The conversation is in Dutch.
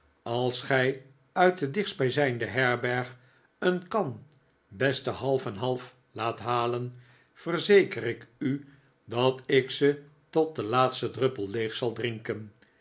als gij uit de dichtstbijzijnde herberg een kan beste half en half laat halen verzeker ik u dat ik ze tot den laatsten druppel leeg zal drinken